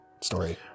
story